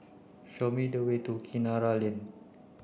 show me the way to Kinara Lane